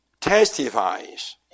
testifies